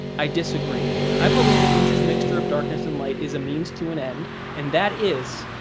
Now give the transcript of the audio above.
i disagree. i believe that lynch's mixture of darkness and light is a means to an end, and that is.